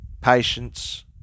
patience